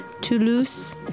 Toulouse